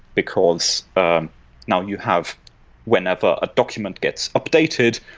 because now you have whenever a document gets updated,